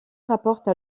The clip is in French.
rapporte